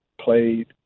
played